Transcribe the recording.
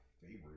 favorite